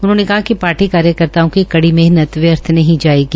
उन्होंने कहा कि शार्टी कार्यकर्ताओं की कड़ी मेहनत व्यर्थ नहीं जायेगी